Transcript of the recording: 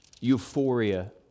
euphoria